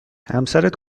همسرت